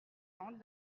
attente